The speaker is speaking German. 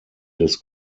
des